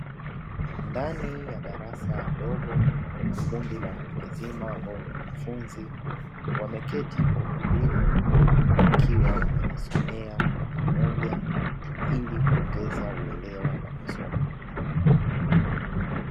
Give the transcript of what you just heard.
Ndani ya darasa dogo kuna kundi la watu wazima ambao ni wanafunzi wameketi kwa utulivu wakiwa wanajisomea kwa pamoja ili kuongeza uelewa wa masomo.